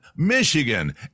Michigan